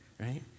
right